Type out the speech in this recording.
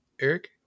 Eric